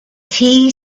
tea